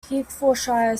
hertfordshire